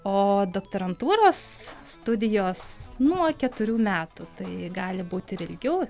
o doktorantūros studijos nuo keturių metų tai gali būti ir ilgiau